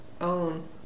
own